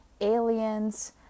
aliens